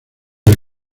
del